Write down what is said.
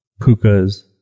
Pukas